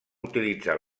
utilitzar